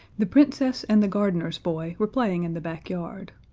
the princess and the gardener's boy were playing in the backyard.